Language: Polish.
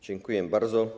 Dziękuję bardzo.